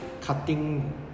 cutting